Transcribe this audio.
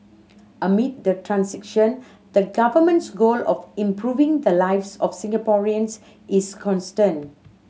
amid the transition the Government's goal of improving the lives of Singaporeans is constant